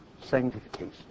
Sanctification